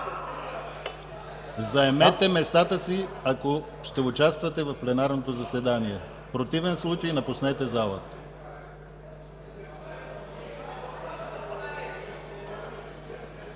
Заемете местата си, ако ще участвате в пленарното заседание. В противен случай – напуснете залата!